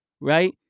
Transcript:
right